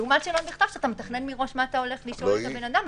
לעומת זאת בשאלון בכתב אתה מתכנן מראש מה אתה הולך לשאול את הבן אדם,